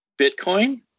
Bitcoin